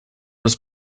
was